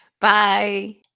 Bye